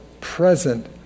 present